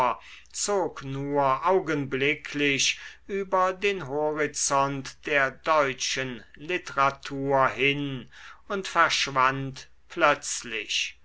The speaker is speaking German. zog nur augenblicklich über den horizont der deutschen literatur hin und verschwand plötzlich